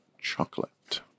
chocolate